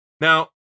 Now